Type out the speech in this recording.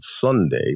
Sunday